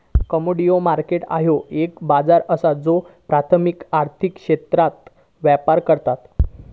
commodity market ह्यो एक बाजार असा ज्यो प्राथमिक आर्थिक क्षेत्रात व्यापार करता